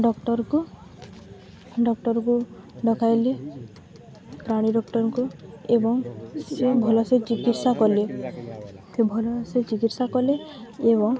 ଡକ୍ଟରକୁ ଡକ୍ଟରକୁ ଡକାଇଲି ପ୍ରାଣୀ ଡକ୍ଟରଙ୍କୁ ଏବଂ ସେ ଭଲସେ ଚିକିତ୍ସା କଲେ ସେ ଭଲସେ ଚିକିତ୍ସା କଲେ ଏବଂ